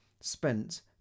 spent